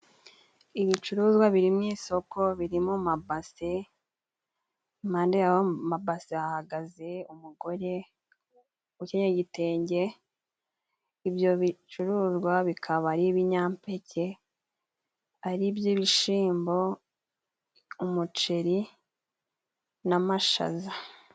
Ibicuruzwa biriri mu isoko biri mu mabase, impande yayo mabase hahagaze umugore ukenyeye igitenge, ibyo bicuruzwa bikaba ari ibinyampeke ari iby'ibishimbo, umuceri n'amashaza.